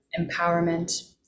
empowerment